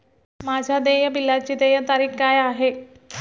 माझ्या देय बिलाची देय तारीख काय आहे?